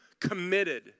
committed